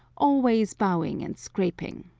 always bowing and scraping.